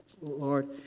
Lord